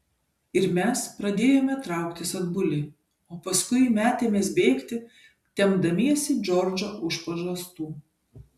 ir mes pradėjome trauktis atbuli o paskui metėmės bėgti tempdamiesi džordžą už pažastų